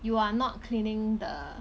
you are not cleaning the